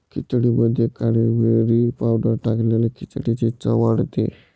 खिचडीमध्ये काळी मिरी पावडर टाकल्याने खिचडीची चव वाढते